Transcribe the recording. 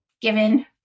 given